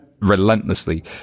relentlessly